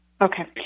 Okay